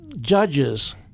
judges